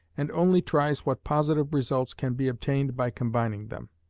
and only tries what positive results can be obtained by combining them.